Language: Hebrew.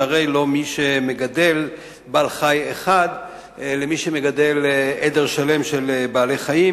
שהרי לא מי שמגדל בעל-חיים אחד כמי שמגדל עדר שלם של בעלי-חיים.